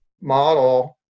model